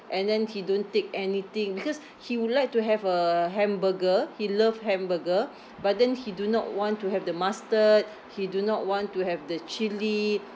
and then he don't take anything because he would like to have a hamburger he love hamburger but then he do not want to have the mustard he do not want to have the chili